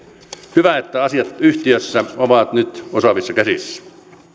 hyvä että asiat yhtiössä ovat nyt osaavissa käsissä